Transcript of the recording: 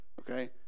okay